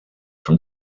from